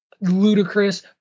ludicrous